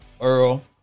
Earl